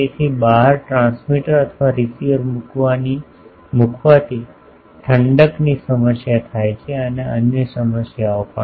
તેથી બહાર ટ્રાન્સમીટર અથવા રીસીવર મૂકવાથી ઠંડકની સમસ્યા થાય છે અને અન્ય સમસ્યાઓ પણ